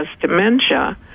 dementia